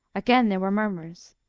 again there were murmurs,